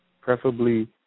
preferably